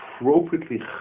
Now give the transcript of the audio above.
appropriately